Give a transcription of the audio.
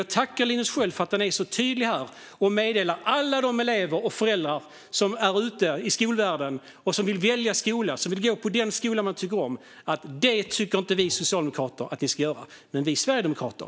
Jag tackar Linus Sköld för att han är så tydlig här och meddelar alla elever och föräldrar som finns ute i skolvärlden och som vill välja skola och ta den de tycker om att det tycker inte Socialdemokraterna att de ska göra. Men det tycker vi sverigedemokrater.